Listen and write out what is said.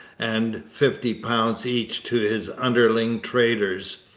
and fifty pounds each to his underling traders.